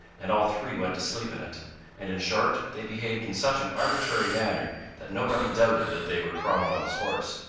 and all three went to sleep in it and, in short, they behaved in such an arbitrary manner, that nobody doubted that they were cromwell's horse.